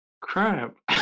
Crap